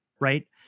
right